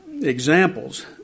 examples